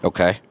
Okay